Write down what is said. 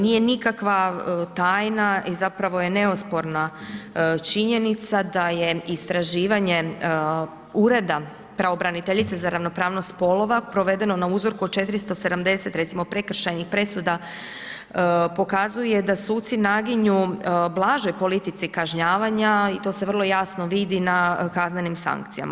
Nije nikakva tajna i zapravo je neosporna činjenica da je istraživanje Ureda pravobraniteljice za ravnopravnost spolova provedeno na uzorku od 470 recimo prekršajnih presuda pokazuje da suci naginju blažoj politici kažnjavanja i to se vrlo jasno vidi na kaznenim sankcijama.